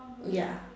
ya